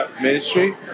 ministry